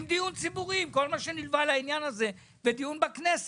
עם דיון ציבורי עם כל מה שנלווה לעניין הזה ודיון בכנסת.